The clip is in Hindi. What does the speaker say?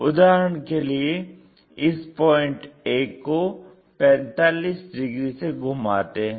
उदाहरण के लिए इस पॉइंट a को 45 डिग्री से घुमाते हैं